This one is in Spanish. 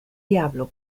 diablo